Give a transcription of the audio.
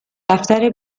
دفتر